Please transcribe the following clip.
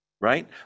right